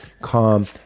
calm